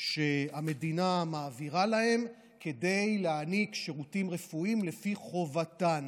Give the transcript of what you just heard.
שהמדינה מעבירה להן כדי להעניק שירותים רפואיים לפי חובתן.